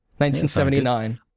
1979